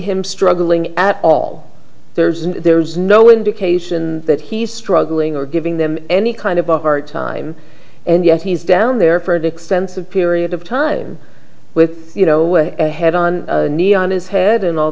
him struggling at all there's and there's no indication that he's struggling or giving them any kind of a hard time and yet he's down there for an extensive period time with you know with head on his head and all